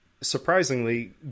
surprisingly